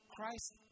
Christ